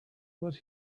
what